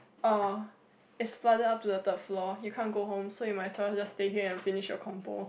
ah it's flooded up to the third floor you can't go home so you might as well stay here and finish your compo